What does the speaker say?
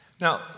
Now